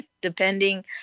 depending